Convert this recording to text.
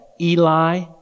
Eli